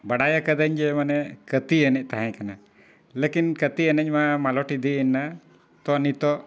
ᱵᱟᱰᱟᱭ ᱟᱠᱟᱫᱟᱹᱧ ᱡᱮ ᱢᱟᱱᱮ ᱠᱟᱹᱛᱤ ᱮᱱᱮᱡ ᱛᱟᱦᱮᱸ ᱠᱟᱱᱟ ᱞᱮᱠᱤᱱ ᱠᱟᱹᱛᱤ ᱮᱱᱮᱡᱼᱢᱟ ᱢᱟᱞᱚᱴ ᱤᱫᱤᱭᱮᱱᱟ ᱛᱚ ᱱᱤᱛᱳᱜ